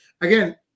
Again